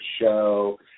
show